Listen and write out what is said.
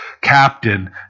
captain